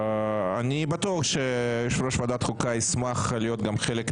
אני בטוח שיושב ראש ועדת חוקה ישמח להיות גם חלק מתהליך,